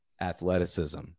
athleticism